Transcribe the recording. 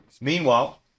Meanwhile